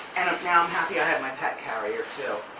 now i'm happy i have my pet carrier, too.